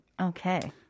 Okay